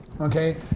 okay